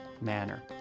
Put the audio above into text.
manner